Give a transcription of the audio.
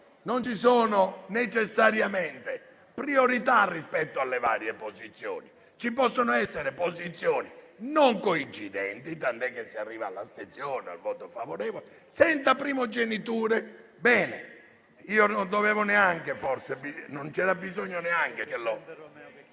Non ci sono necessariamente priorità rispetto alle varie posizioni; ci possono essere posizioni non coincidenti, tant'è che si arriva all'astensione o al voto favorevole, senza primogeniture. Ebbene, forse non c'era neanche bisogno